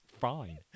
Fine